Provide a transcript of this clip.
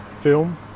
film